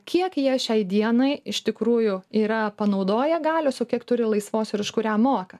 kiek jie šiai dienai iš tikrųjų yra panaudoję galios o kiek turi laisvos ir už kurią moka